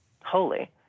holy